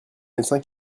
médecin